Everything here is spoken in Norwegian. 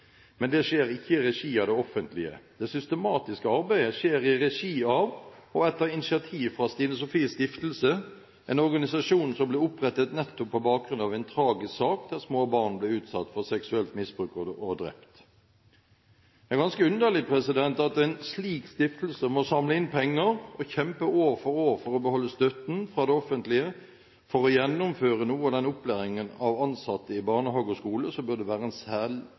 men det skjer ikke i regi av det offentlige. Det systematiske arbeidet skjer i regi av, og etter initiativ fra, Stine Sofies Stiftelse, en organisasjon som ble opprettet nettopp på bakgrunn av en tragisk sak der små barn ble utsatt for seksuelt misbruk og drept. Det er ganske underlig at en slik stiftelse må samle inn penger og kjempe år for år for å beholde støtten fra det offentlige, for å gjennomføre noe av den opplæringen av ansatte i barnehage og skole som burde være en soleklar oppgave for det